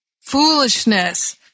foolishness